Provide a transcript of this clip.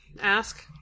ask